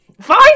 Fine